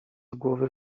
głowy